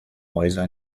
häuser